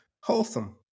Wholesome